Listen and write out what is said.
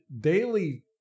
daily